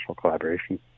collaboration